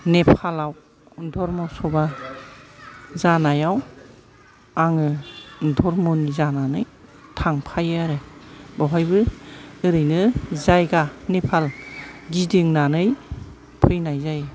नेपालआव धर्म सभा जानायाव आङो धर्मनि जानानै थांफायो आरो बावहायबो ओरैनो जायगा नेपाल गिदिंनानै फैनाय जायो